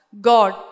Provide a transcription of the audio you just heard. God